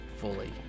fully